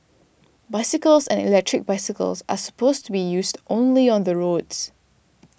bicycles and electric bicycles are supposed to be used only on the roads